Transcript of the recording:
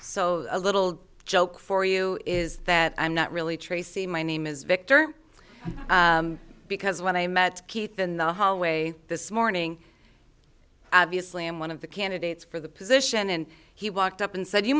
so a little joke for you is that i'm not really tracy my name is victor because when i met keith in the hallway this morning obviously i'm one of the candidates for the position and he walked up and said you